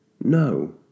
No